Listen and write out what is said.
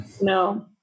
No